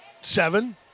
seven